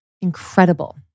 Incredible